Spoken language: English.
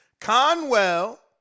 Conwell